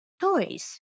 toys